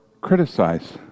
criticize